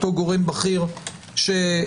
אותו גורם בכיר שמאשר.